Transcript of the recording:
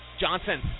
Johnson